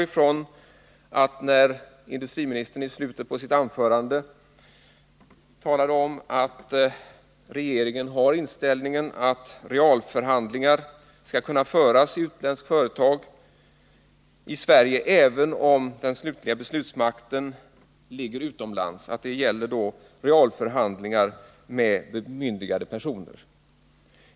Industriministern sade i slutet av sitt anförande att det är regeringens inställning att realförhandlingar skall kunna föras i utlandsägt företag i Sverige, även om den slutliga beslutsmakten ligger utomlands. Jag utgår från att det då gäller alla förhandlingar med bemyndigade parter.